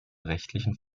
rechtlichen